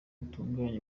utunganya